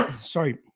sorry